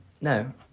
no